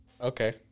okay